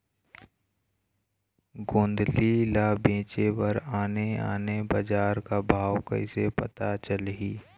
गोंदली ला बेचे बर आने आने बजार का भाव कइसे पता चलही?